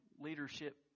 leadership